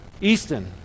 Easton